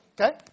Okay